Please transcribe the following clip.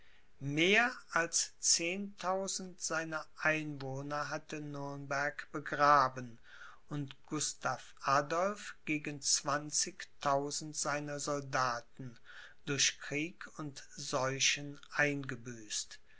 mehr als zehntausend seiner einwohner hatte nürnberg begraben und gustav adolph gegen zwanzigtausend seiner soldaten durch krieg und seuchen eingebüßt